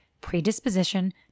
predisposition